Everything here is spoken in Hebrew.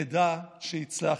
נדע שהצלחנו.